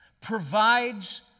provides